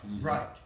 right